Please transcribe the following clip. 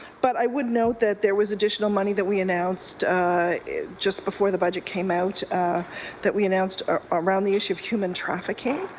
but i would note that there was additional money that we announced just before the budget came out that we announced around the issue of human trafficking.